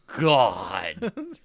God